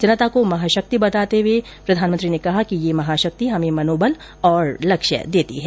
जनता को महाशक्ति बताते हुए उन्होंने कहा कि यह महाशक्ति हमे मनोबल और लक्ष्य देती है